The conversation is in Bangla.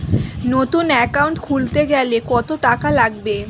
নতুন একাউন্ট খুলতে গেলে কত টাকা লাগবে?